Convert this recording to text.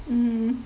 mm